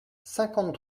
cinquante